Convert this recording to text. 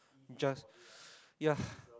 just yeah